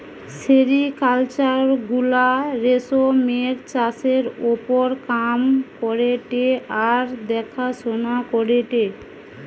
sericulture গুলা রেশমের চাষের ওপর কাম করেটে আর দেখাশোনা করেটে